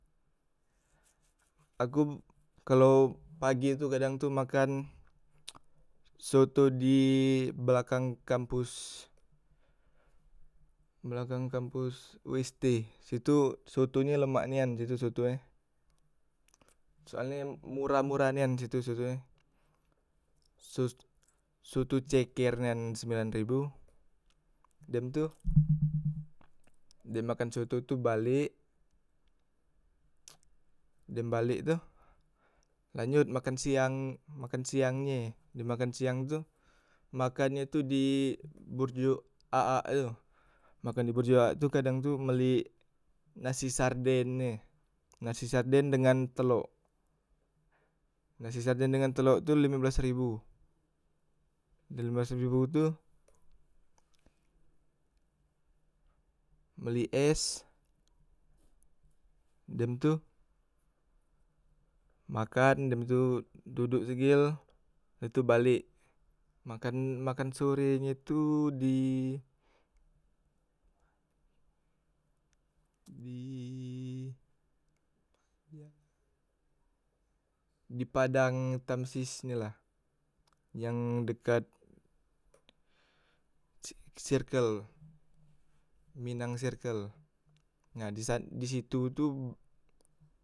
Aku kalo pagi tu kadang tu makan soto di belakang kampus, belakang kampus ust situ soto nye lemak nian situ soto e, soal e yang murah- murah nian itu soto e, sos soto ceker nian sembilan ribu, dem tu dem makan soto tu balek dem balek tu lanjot makan siang, makan siang nye, dem makan siang tu makan nyo tu di borjo aa itu makan di borjo aa tu kadang tu mbeli nasi sarden e, nasi sarden dengan telok, nasi sarden dengan telok tu lime belas ribu, dem lime belas ribu tu, mbeli es dem tu makan, dem tu dodok segel dah tu balek, makan makan sore e tu di di di padang tamsis nila yang dekat sir sirkel minang sirkel, nah di situ tu.